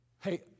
Hey